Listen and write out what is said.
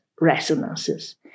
resonances